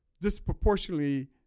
disproportionately